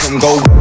go